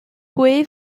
gwe